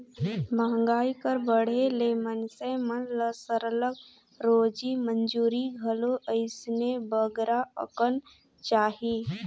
मंहगाई कर बढ़े ले मइनसे मन ल सरलग रोजी मंजूरी घलो अइसने बगरा अकन चाही